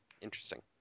Interesting